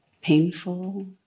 painful